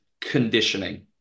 conditioning